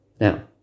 Now